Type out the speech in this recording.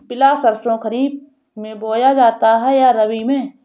पिला सरसो खरीफ में बोया जाता है या रबी में?